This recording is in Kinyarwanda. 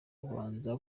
yabanza